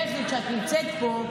בדרך כלל כשאת נמצאת פה,